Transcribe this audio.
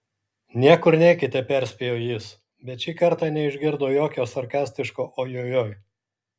niekur neikite perspėjo jis bet šį kartą neišgirdo jokio sarkastiško ojojoi